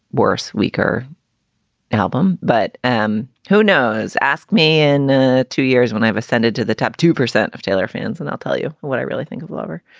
worse weaker album? but um who knows? ask me. in ah two years when i have ascended to the top two percent of taylor fans, and i'll tell you what i really think of lover.